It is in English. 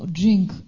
drink